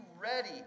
ready